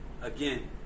again